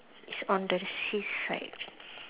it's on the seaside